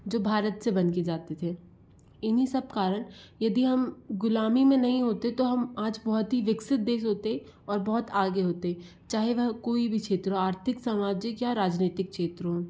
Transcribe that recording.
जो भारत से बन के जाते थे इन्हीं सब कारण यदि हम ग़ुलामी में नहीं होते तो हम आज बहुत ही विकसित देश होते और बहुत आगे होते चाहे वह कोई भी क्षेत्र हो आर्थिक सामाजिक या राजनीतिक क्षेत्र हो